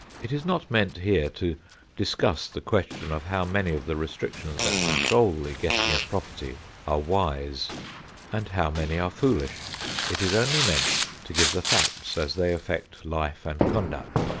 it is not meant here to discuss the question of how many of the restrictions that control the getting of property are wise and how many are foolish it is only meant to give the facts as they affect life and conduct.